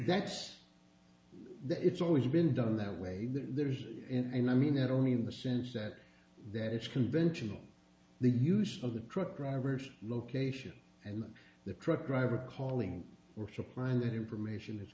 that's the it's always been done that way there's and i mean that only in the sense that that it's conventional the use of the truck driver's location and the truck driver calling or supplying that information i